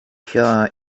sure